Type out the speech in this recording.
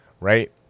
Right